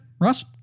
Russ